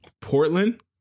Portland